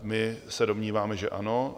My se domníváme, že ano.